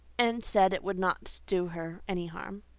and said it would not do her any harm.